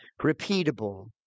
repeatable